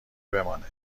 بمانه